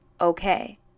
okay